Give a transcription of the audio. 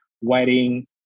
wedding